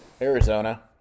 Arizona